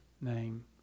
name